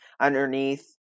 underneath